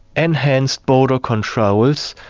enhanced border controls,